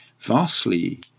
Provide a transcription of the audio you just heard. vastly